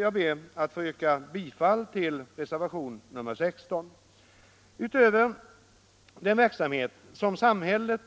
Jag ber att få yrka bifall till reservationen 16. Utöver den verksamhet som samhället